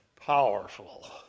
powerful